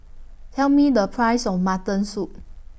Tell Me The Price of Mutton Soup